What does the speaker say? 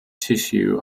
tissue